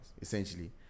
essentially